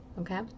Okay